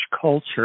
culture